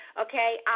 Okay